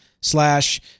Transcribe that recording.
slash